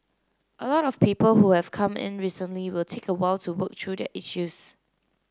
a lot of people who have come in recently will take a while to work through their issues